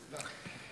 תודה.